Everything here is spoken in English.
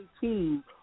team